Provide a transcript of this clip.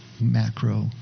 macro